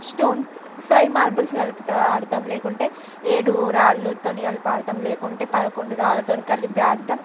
stone five marbles కలుపుతూ ఆడుతాం లేకుంటే ఏడు రాళ్ళుతోని కలిపి ఆడుతాం లేకుంటే పదకొండు రాళ్ళతోని కలిపి ఆడుతాం